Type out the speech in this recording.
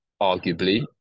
arguably